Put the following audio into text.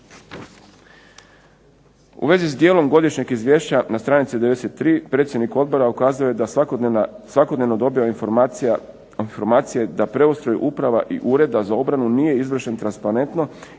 U vezi s dijelom godišnjeg izvješća na stranici 93. predsjednik odbora ukazao je da svakodnevno dobiva informacije da preustroj uprava i Ureda za obranu nije izvršen transparentno